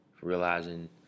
realizing